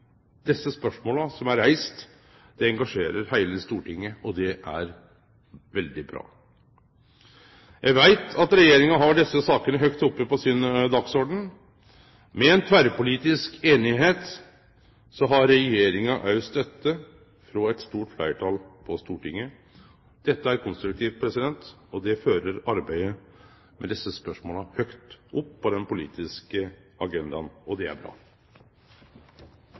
desse spørsmåla som er reiste, engasjerer heile Stortinget, og det er veldig bra. Eg veit at Regjeringa har desse sakene høgt oppe på sin dagsorden. Med ei tverrpolitisk einigheit har Regjeringa også støtte frå eit stort fleirtal på Stortinget. Dette er konstruktivt, og det fører arbeidet med desse spørsmåla høgt opp på den politiske agendaen. Det er bra. Fremskrittspartiet er også fornøyd med at det